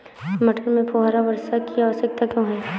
मटर में फुहारा वर्षा की आवश्यकता क्यो है?